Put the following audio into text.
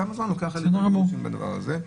כמה זמן לוקח שם הדבר הזה.